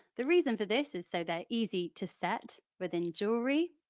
the reason for this is so they are easy to set within jewellery.